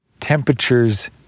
temperatures